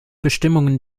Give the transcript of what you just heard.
bestimmungen